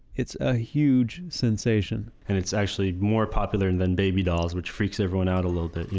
it's a huge sensation and it's actually more popular than baby dolls, which freaks everyone out a little bit. you